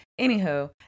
anywho